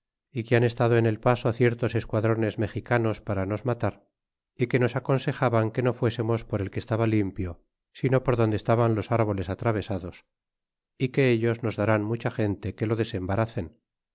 que han estado en el paso ciertos esquadrones mexicanos para nos matar é que nos aconsejaban que no fuésemos por el que estaba limpio sino por donde estaban los árboles atravesados é que ellos nos darán mucha gente que o desembaracen